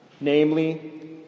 namely